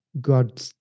God